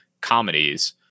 comedies